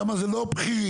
שם זה לא בכירים.